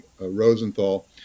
Rosenthal